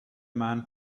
man